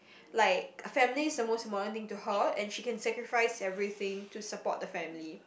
like a family is the most important thing to her and she can sacrifice everything to support the family